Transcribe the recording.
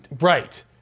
Right